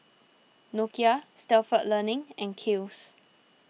Nokia Stalford Learning and Kiehl's